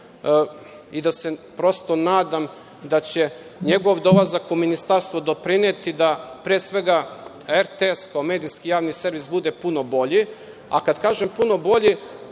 i da se prosto nadam da će njegov dolazak u Ministarstvo doprineti da, pre svega, RTS, kao medijski javni servis bude puno bolji. A kad kažem puno bolji,